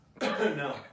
No